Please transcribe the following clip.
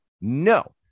no